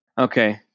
Okay